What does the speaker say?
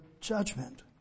judgment